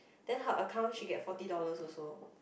then her account she get forty dollars also